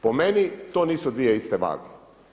Po meni to nisu dvije iste vage.